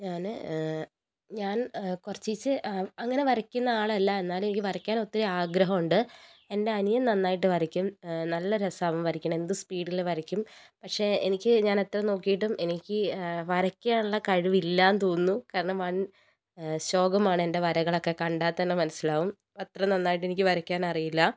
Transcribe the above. ഞാൻ ഞാൻ കുറച്ച് അങ്ങനെ വരയ്ക്കുന്ന ആളല്ല എന്നാലും എനിക്ക് വരയ്ക്കാൻ ഒത്തിരി ആഗ്രഹമുണ്ട് എന്റെ അനിയൻ നന്നായിട്ട് വരയ്ക്കും നല്ല രസമാണ് അവൻ വരയ്ക്കുന്നത് എന്ത് സ്പീഡിൽ വരയ്ക്കും പക്ഷേ എനിക്ക് ഞാൻ എത്ര നോക്കിയിട്ടും എനിക്ക് വരയ്ക്കാനുള്ള കഴിവില്ല എന്ന് തോന്നുന്നു കാരണം വൻ ശോകമാണ് എന്റെ വരകളൊക്കെ കണ്ടാൽ തന്നെ മനസ്സിലാവും അത്ര നന്നായിട്ട് എനിക്ക് വരയ്ക്കാൻ അറിയില്ല